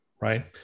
right